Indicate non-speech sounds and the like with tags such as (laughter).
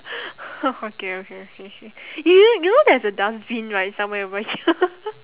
(laughs) okay okay okay okay y~ you know there's a dustbin right somewhere over here (laughs)